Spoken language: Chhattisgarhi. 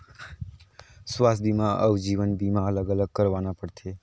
स्वास्थ बीमा अउ जीवन बीमा अलग अलग करवाना पड़थे?